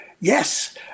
yes